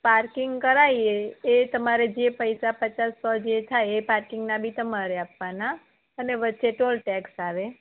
parking કરાઈએ એ તમારે જે પૈસા પચાસ સો થાય પાર્કિંગના બી તમારે આપવાના અને વચ્ચે ટોલ ટેક્સ આવે